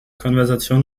konversation